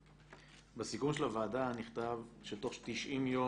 בסיכום של הוועדה נכתב שתוך 90 יום